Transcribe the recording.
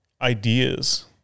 ideas